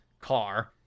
car